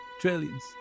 trillions